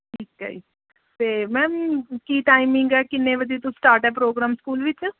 ਠੀਕ ਹੈ ਜੀ ਤੇ ਮੈਮ ਕੀ ਟਾਈਮਿੰਗ ਹੈ ਕਿੰਨੇ ਵਜੇ ਤੋਂ ਸਟਾਰਟ ਹੈ ਪ੍ਰੋਗਰਾਮ ਸਕੂਲ ਵਿੱਚ